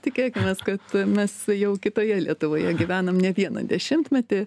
tikėkimės kad mes jau kitoje lietuvoje gyvenam ne vieną dešimtmetį